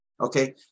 okay